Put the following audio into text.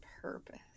purpose